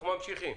אנחנו ממשיכים.